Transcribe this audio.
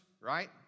right